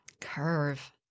Curve